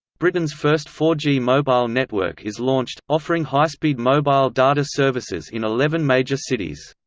britain's first four g mobile network is launched, offering high-speed mobile data services in eleven major cities.